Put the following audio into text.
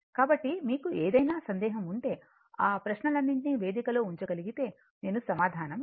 కాబట్టి మీకు ఏదైనా సందేహం ఉంటే ఆ ప్రశ్నలన్నింటినీ వేదిక లో ఉంచగలిగితే నేను సమాధానం ఇస్తాను